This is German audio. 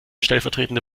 stellvertretende